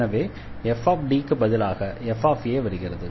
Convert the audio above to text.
எனவே fDக்கு பதிலாக fa வருகிறது